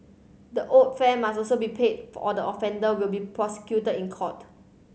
the owed fare must also be paid for or the offender will be prosecuted in court